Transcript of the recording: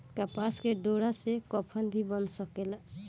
कपास के डोरा से कफन भी बन सकेला